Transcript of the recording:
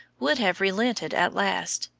would have relented at last,